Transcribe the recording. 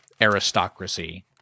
aristocracy